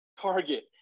target